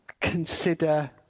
consider